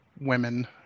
women